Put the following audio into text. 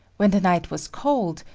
when the night was cold,